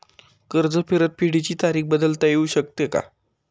कर्ज परतफेडीची तारीख बदलता येऊ शकते का?